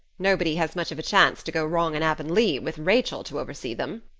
nobody has much of a chance to go wrong in avonlea with rachel to oversee them.